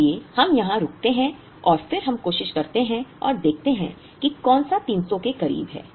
इसलिए हम यहां रुकते हैं और फिर हम कोशिश करते हैं और देखते हैं कि कौन सा 300 के करीब है